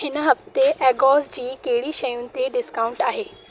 हिन हफ़्ते एगोज़ जी कहिड़ी शयुनि ते डिस्काउंट आहे